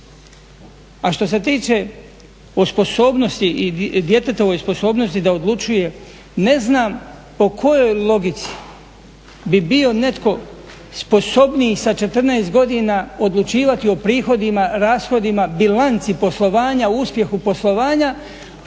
A što se tiče o sposobnosti i djetetovoj sposobnosti da odlučuje ne znam po kojoj logici bi bio netko sposobniji sa 14 godina odlučivati o prihodima, rashodima, bilanci poslovanja, uspjehu poslovanja